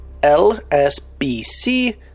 lsbc